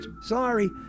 Sorry